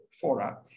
fora